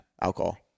alcohol